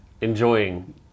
Enjoying